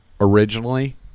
originally